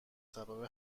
سبب